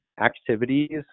activities